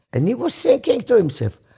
and he was thinking to himself,